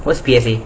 what's P_SA_